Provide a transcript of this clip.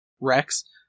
Rex